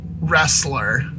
wrestler